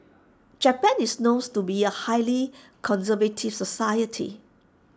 Japan is knows to be A highly conservative society